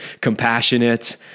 compassionate